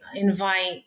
invite